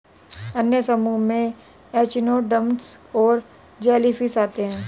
अन्य समूहों में एचिनोडर्म्स और जेलीफ़िश आते है